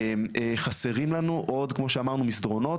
שחסרים לנו עוד כמו שאמרנו מסדרונות,